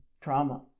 trauma